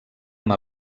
amb